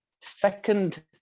Second